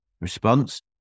Response